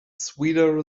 sweeter